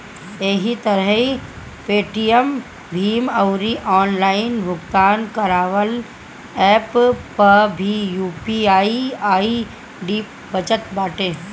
एही तरही पेटीएम, भीम अउरी ऑनलाइन भुगतान करेवाला एप्प पअ भी यू.पी.आई आई.डी बनत बाटे